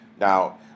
Now